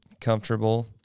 comfortable